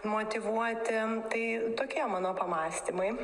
motyvuoti tai tokie mano pamąstymai